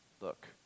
Look